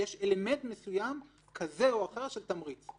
יש אלמנט מסוים, כזה או אחר, של תמריץ.